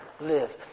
live